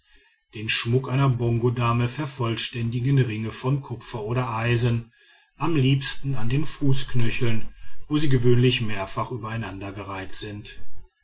den schmuck einer bongodame vervollständigen ringe von kupfer oder eisen am liebsten an den fußknöcheln wo sie gewöhnlich mehrfach übereinandergereiht sind